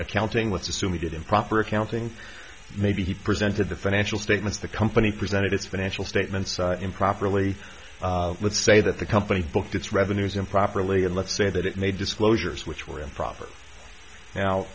accounting with sassoon we did improper accounting maybe he presented the financial statements the company presented its financial statements improperly let's say that the company booked its revenues improperly and let's say that it made disclosures which were improper now